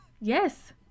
Yes